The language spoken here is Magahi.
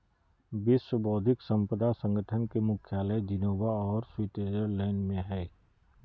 विश्व बौद्धिक संपदा संगठन के मुख्यालय जिनेवा औरो स्विटजरलैंड में हइ